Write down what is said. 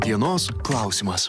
dienos klausimas